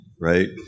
right